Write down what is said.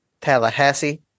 Tallahassee